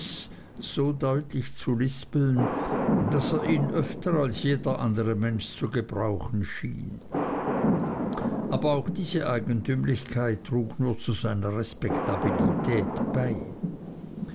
so deutlich zu lispeln daß er ihn öfter als jeder andere mensch zu gebrauchen schien aber auch diese eigentümlichkeit trug nur zu seiner respektabilität bei